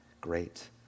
great